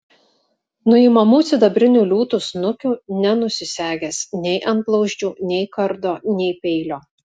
nuimamų sidabrinių liūtų snukių nenusisegęs nei antblauzdžių nei kardo nei peilio